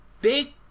Big